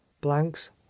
blank's